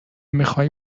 میخوای